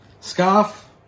scarf